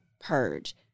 purge